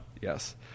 Yes